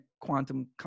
Quantum